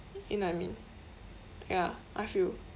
you know what I mean ya I feel